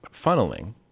funneling